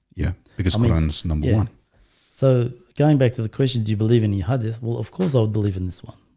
yeah, because i mean and number one so going back to the question. do you believe in you had this? well, of course, i would believe in this one.